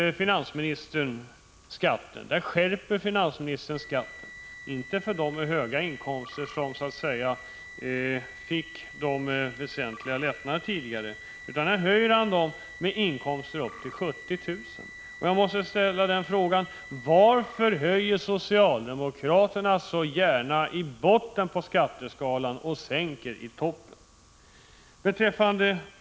Finansministern höjer skatten, men inte för personer med höga inkomster som fick de väsentliga lättnaderna tidigare, utan för personer med inkomster upp till 70 000 kr. Jag måste ställa frågan: Varför höjer socialdemokraterna så gärna i botten av skatteskalan och sänker i toppen?